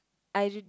I ju~